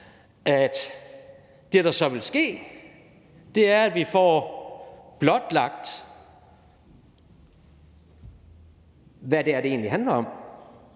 at det, der så vil ske, er, at vi får blotlagt, hvad det er, det egentlig handler om.